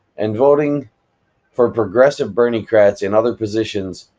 and voting for progressive bernicrats in other positions,